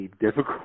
difficult